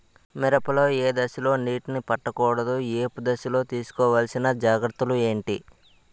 మిరప లో ఏ దశలో నీటినీ పట్టకూడదు? ఏపు దశలో తీసుకోవాల్సిన జాగ్రత్తలు ఏంటి?